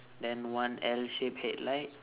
then one L shape headlight